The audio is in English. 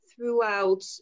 throughout